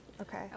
Okay